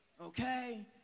Okay